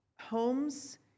homes